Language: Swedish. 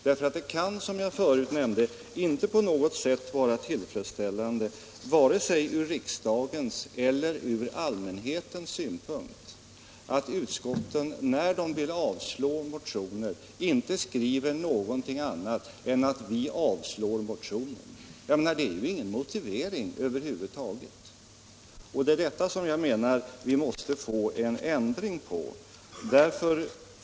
Det kan nämligen, som jag förut sade, inte vara tillfredsställande från vare sig riksdagens eller allmänhetens synpunkt att utskotten när de vill att motioner skall avslås inte skriver någonting annat än att man avstyrker motionen. Det är ju ingen motivering över huvud taget, och det är detta som jag anser att vi måste få en ändring på.